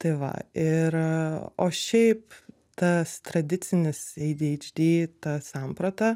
tai va ir o šiaip tas tradicinis adhd ta samprata